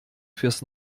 fürs